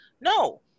no